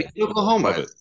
Oklahoma